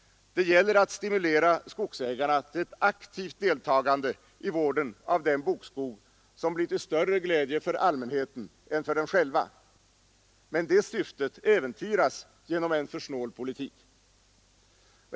Det gäller att stimulera skogsägarna till ett aktivt deltagande i vården av den bokskog som blir till större glädje för allmänheten än för dem själva, men det syftet äventyras genom en för snål politik.